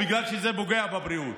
בגלל שזה פוגע בבריאות.